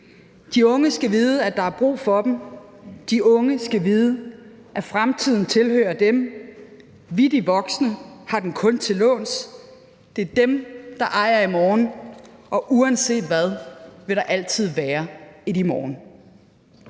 De unge skal vide, at der er brug for dem. De unge skal vide, at fremtiden tilhører dem. Vi, de voksne, har den kun til låns. Det er dem, der ejer i morgen, og uanset hvad, vil der altid være et i morgen.